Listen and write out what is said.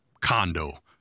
condo